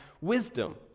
wisdom